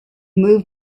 moved